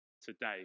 Today